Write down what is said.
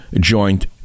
joint